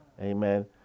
amen